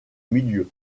milieu